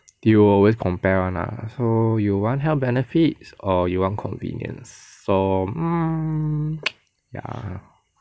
they will always compare one lah so you want health benefits or you want convenience so mm ya